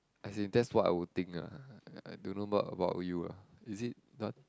as in that's what I would think ah I I don't know what about you lah is it not